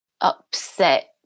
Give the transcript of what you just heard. upset